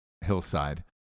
hillside